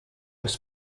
was